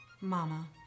Mama